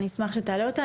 אני אשמח שתעלה אותה,